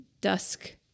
dusk